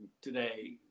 today